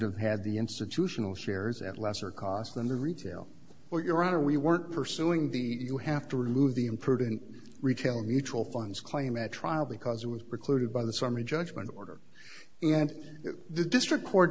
have had the institutional shares at lesser cost than the retail or your honor we weren't pursuing the you have to remove the imprudent retail mutual funds claim at trial because it was precluded by the summary judgment order and the district court